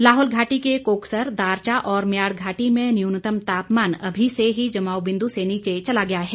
लाहौल घाटी के कोकसर दारचा और म्याड़ घाटी में न्यूनतम तापमान अभी से ही जमाव बिंदु से नीचे चला गया है